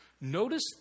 Notice